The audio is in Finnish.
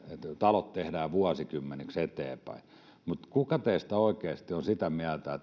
talot tehdään vuosikymmeniksi eteenpäin mutta kuka teistä oikeasti on sitä mieltä